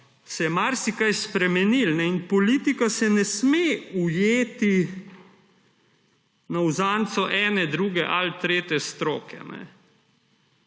se je marsikaj spremenilo in politika se ne sme ujeti na uzance ene, druge ali tretje stroke.